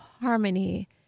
harmony